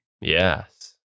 Yes